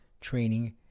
training